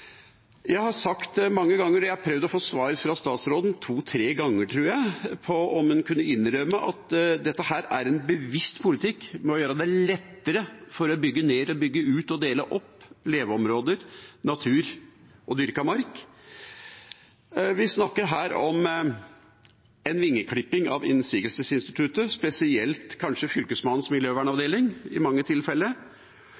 Jeg har spurt statsråden mange ganger – to–tre ganger, tror jeg – om hun kunne innrømme at dette er en bevisst politikk for å gjøre det lettere å bygge ned, bygge ut og dele opp leveområder, natur og dyrket mark. Vi snakker her om en vingeklipping av innsigelsesinstituttet, kanskje spesielt Fylkesmannens